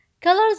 Colors